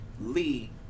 Lee